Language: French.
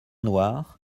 noirs